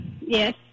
Yes